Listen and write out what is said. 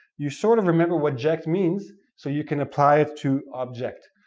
you sort of remember what ject means so you can apply it to object.